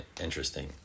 interesting